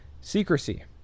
secrecy